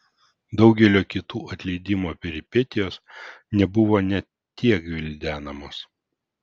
daugelio kitų atleidimo peripetijos nebuvo net tiek gvildenamos